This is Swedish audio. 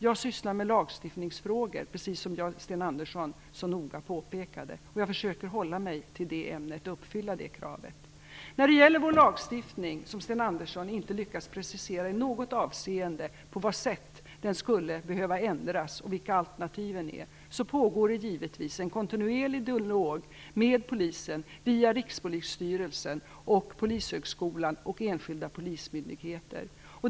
Jag sysslar med lagstiftningsfrågor, precis som Sten Andersson så noga påpekade. Jag försöker hålla mig till det ämnet och uppfylla kraven på det området. Sten Andersson lyckas inte i något avseende precisera på vilket sätt vår lagstiftning skulle behöva ändras, och vilka alternativen är. Givetvis pågår en kontinuerlig dialog med Polisen via Rikspolisstyrelsen, Polishögskolan och enskilda polismyndigheter.